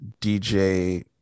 DJ